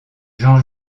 jean